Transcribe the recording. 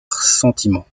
sentiment